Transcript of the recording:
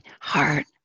heart